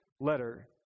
letter